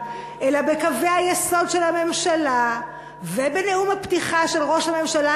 אלא בקווי היסוד של הממשלה ובנאום הפתיחה של ראש הממשלה,